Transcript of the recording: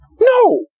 No